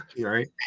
Right